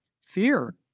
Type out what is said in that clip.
Fear